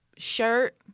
shirt